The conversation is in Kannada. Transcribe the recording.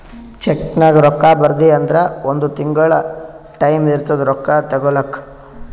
ಚೆಕ್ನಾಗ್ ರೊಕ್ಕಾ ಬರ್ದಿ ಅಂದುರ್ ಒಂದ್ ತಿಂಗುಳ ಟೈಂ ಇರ್ತುದ್ ರೊಕ್ಕಾ ತಗೋಲಾಕ